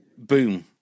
Boom